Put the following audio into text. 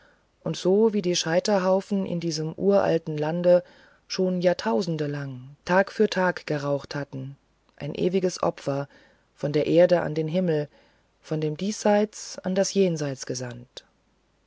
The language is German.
und so wie die scheiterhaufen in diesem uralten lande schon jahrtausendelang tag für tag geraucht hatten ein ewiges opfer von der erde an den himmel von dem diesseits an das jenseits gesandt